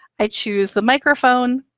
i choose the microphone,